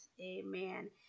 amen